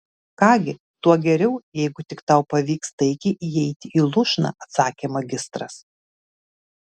ką gi tuo geriau jeigu tik tau pavyks taikiai įeiti į lūšną atsakė magistras